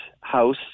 house